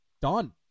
Done